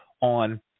on